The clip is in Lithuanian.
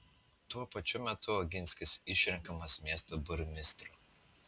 tuo pačiu metu oginskis išrenkamas miesto burmistru